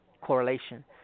Correlation